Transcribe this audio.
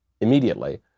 immediately